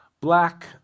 black